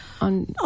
on